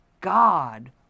God